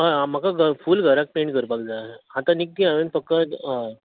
हय म्हाका फुल घरा पेंट करपाक जाय आता निकती हांवें फकत